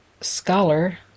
scholar